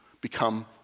become